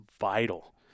vital